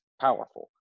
powerful